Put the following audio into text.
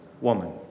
woman